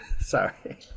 Sorry